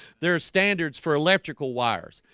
there are standards for electrical wires.